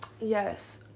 Yes